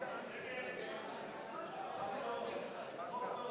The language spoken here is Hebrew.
ההצעה להסיר מסדר-היום את הצעת